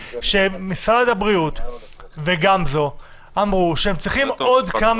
שמשרד הבריאות וגמזו אמרו שהם צריכים עוד כמה